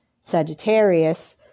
Sagittarius